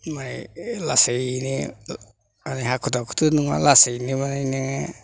माने लासैयैनो माने हाखु दाखुथ' नङा लासैयैनो माने नोङो